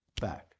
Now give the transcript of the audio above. back